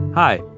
Hi